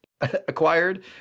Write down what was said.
acquired